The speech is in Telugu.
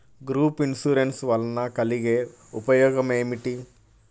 గ్రూప్ ఇన్సూరెన్స్ వలన కలిగే ఉపయోగమేమిటీ?